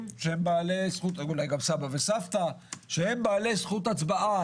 ואולי גם סבא וסבתא שהם בעלי זכות הצבעה.